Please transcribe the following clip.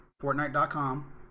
Fortnite.com